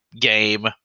game